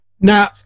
Now